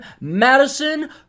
Madison